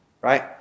right